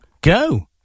go